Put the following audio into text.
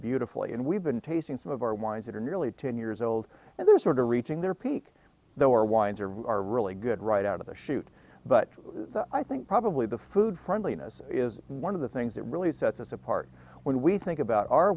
beautifully and we've been tasting some of our wines that are nearly ten years old and they're sort of reaching their peak there were wines are really good right out of the chute but i think probably the food friendliness is one of the things that really sets us apart when we think about our